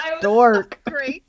dork